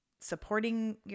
supporting